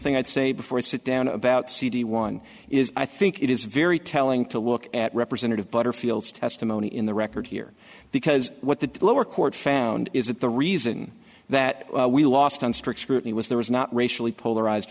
thing i'd say before it sit down about cd one is i think it is very telling to look at representative butterfield testimony in the record here because what the lower court found is that the reason that we lost on strict scrutiny was there was not racially polarized